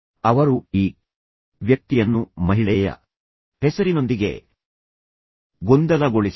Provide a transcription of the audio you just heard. ಅವರು ಈ ವ್ಯಕ್ತಿಯನ್ನು ಮಹಿಳೆಯ ಹೆಸರಿನೊಂದಿಗೆ ಗೊಂದಲಗೊಳಿಸಿದರು